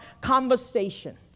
conversation